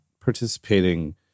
participating